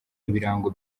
ibirango